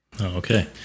Okay